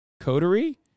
Coterie